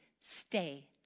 stay